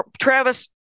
travis